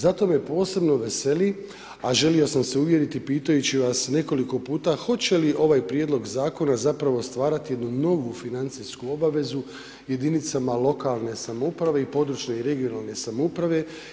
Zato me posebno veseli, a želio sam se uvjeriti pitajući vas nekoliko puta hoće li ovaj prijedlog zakona zapravo stvarati jednu novu financijsku obavezu jedinicama lokalne samouprave i područne i regionalne samouprave.